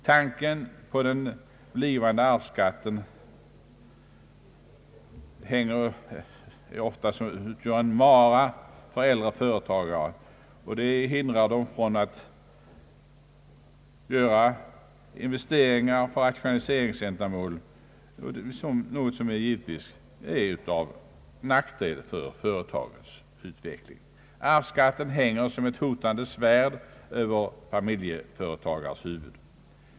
Tanken på den blivande arvsskatten är ofta en mara för äldre företagare och hindrar dem från att göra investeringar för rationaliseringsändamål, något som givetvis är till nackdel för företagens utveckling. Arvsskatten hänger som ett hotande svärd över familjeföretagarens huvud.